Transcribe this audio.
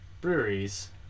breweries